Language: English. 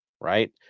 right